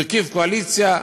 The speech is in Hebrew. הרכיב קואליציה,